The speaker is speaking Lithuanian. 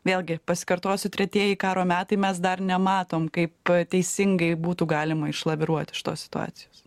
vėlgi pasikartosiu tretieji karo metai mes dar nematom kaip teisingai būtų galima išlaviruot iš tos situacijos